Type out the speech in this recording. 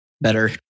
better